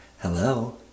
hello